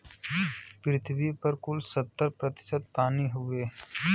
पृथ्वी पर कुल सत्तर प्रतिशत पानी हउवे